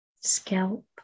scalp